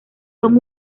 son